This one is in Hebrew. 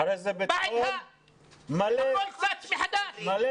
אחרי זה הכול צץ מחדש.